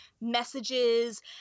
messages